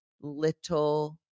little